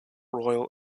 royal